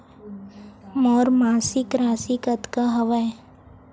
मोर मासिक राशि कतका हवय?